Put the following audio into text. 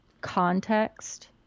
context